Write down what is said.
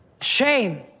shame